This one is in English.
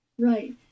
Right